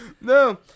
No